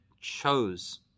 chose